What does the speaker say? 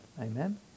amen